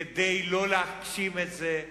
כדי שלא להגשים את זה,